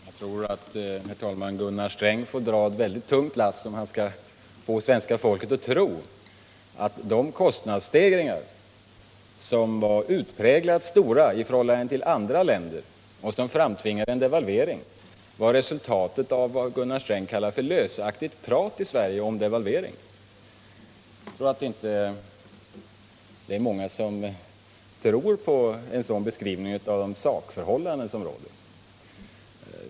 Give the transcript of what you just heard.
Herr talman! Jag tror att Gunnar Sträng får dra ett tungt lass om han skall få svenska folket att tro att de kostnadsstegringar, som var utpräglat stora i förhållande till kostnadsstegringarna i andra länder och som framtvingade devalveringen, var ett resultat av vad Gunnar Sträng kallar lösaktigt prat i Sverige om devalvering. Jag tror inte att det är många som tror på en sådan beskrivning av de sakförhållanden som råder.